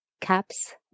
Caps